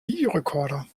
videorekorder